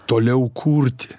toliau kurti